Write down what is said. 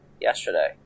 yesterday